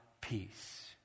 peace